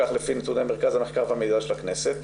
כך לפני נתוני מרכז המחקר והמידע של הכנסת,